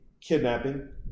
kidnapping